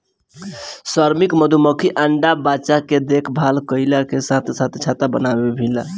श्रमिक मधुमक्खी अंडा बच्चा के देखभाल कईला के साथे छत्ता भी बनावेले